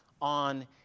On